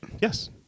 Yes